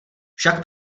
však